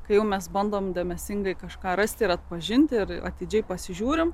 kai jau mes bandom dėmesingai kažką rasti ir atpažinti ir atidžiai pasižiūrim